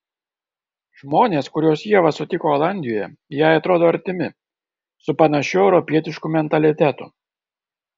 žmonės kuriuos ieva sutiko olandijoje jai atrodo artimi su panašiu europietišku mentalitetu